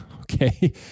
Okay